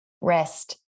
Rest